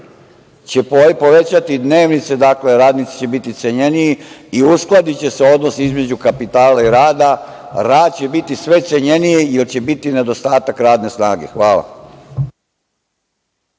se povećati dnevnice, radnici će biti cenjeniji i uskladiće se odnos između kapitala i rada. Rad će biti sve cenjeniji, jer će biti nedostatak radne snage.